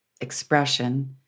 expression